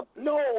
No